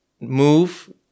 move